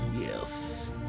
yes